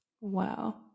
Wow